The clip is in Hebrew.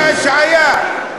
חוק השעיה,